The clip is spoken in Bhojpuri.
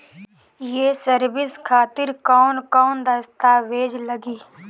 ये सर्विस खातिर कौन कौन दस्तावेज लगी?